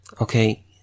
okay